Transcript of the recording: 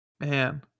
Man